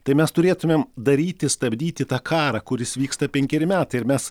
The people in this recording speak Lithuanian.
tai mes turėtumėm daryti stabdyti tą karą kuris vyksta penkeri metai ir mes